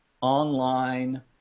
online